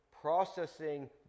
processing